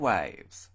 Waves